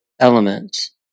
elements